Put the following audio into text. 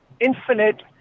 infinite